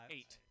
Eight